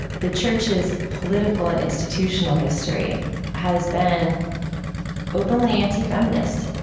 the church's political and institutional history has been openly anti-feminist,